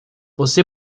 você